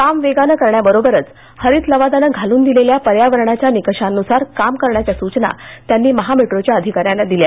काम वेगानं करण्याबरोबरच हरित लवादानं घालून दिलेल्या पर्यावरणाच्या निकषांनुसार काम करण्याच्या सूचना त्यांनी महामेट्रोच्या अधिकाऱ्यांना दिल्या